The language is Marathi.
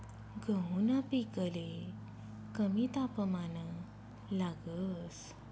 गहूना पिकले कमी तापमान लागस